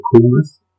coolness